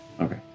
Okay